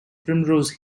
primrose